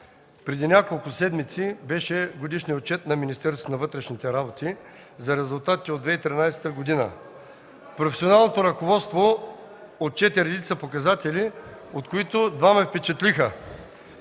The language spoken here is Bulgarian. преди няколко седмици беше годишният отчет на Министерството на вътрешните работи за резултатите от 2013 г. Професионалното ръководство отчете редица показатели, от които два ме впечатлиха.